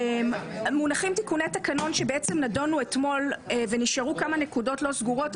מונחים תיקוני תקנון שבעצם נדונו אתמול ונשארו כמה נקודות לא סגורות.